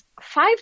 five